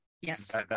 Yes